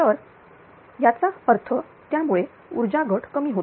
तर याचा अर्थ त्यामुळे ऊर्जा घट कमी होते